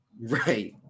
Right